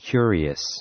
Curious